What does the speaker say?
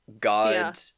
God